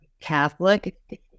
Catholic